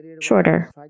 shorter